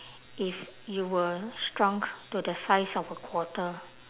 if you were shrunk to the size of a quarter